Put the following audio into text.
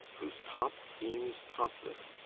whose top seems topless,